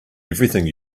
everything